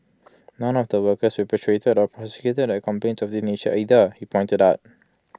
none of the workers repatriated or prosecuted had complaints of this nature either he pointed out